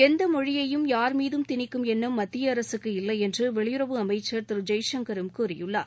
எந்த மொழியையும் யார்மீதும் திணிக்கும் எண்ணம் மத்திய அரசுக்கு இல்லை என்று வெளியுறவு அமைச்சர் திரு ஜெய்சங்கரும் கூறியுள்ளார்